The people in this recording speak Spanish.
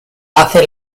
hace